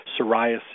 psoriasis